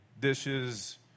dishes